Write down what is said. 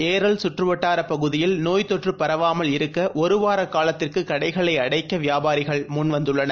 ஏரல் சுற்றுவட்டாரப் பகுதியில் நோய்த் தொற்றுபரவாமல் இருக்கஒருவாரகாலத்திற்குகடைகளைஅடைக்கவியாபாரிகள் முன்வந்துள்ளனர்